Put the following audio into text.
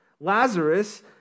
Lazarus